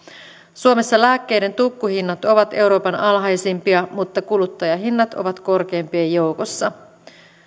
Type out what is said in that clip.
suomessa lääkkeiden tukkuhinnat ovat euroopan alhaisimpia mutta kuluttajahinnat ovat korkeimpien joukossa